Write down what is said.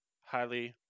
Highly